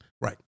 Right